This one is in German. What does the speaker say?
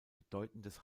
bedeutendes